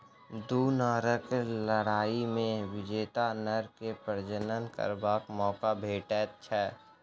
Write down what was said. दू नरक लड़ाइ मे विजेता नर के प्रजनन करबाक मौका भेटैत छै